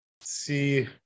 see